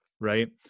right